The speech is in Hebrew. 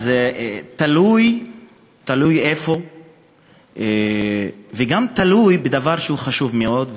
תלוי איפה וגם תלוי בדבר שהוא חשוב מאוד,